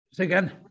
Again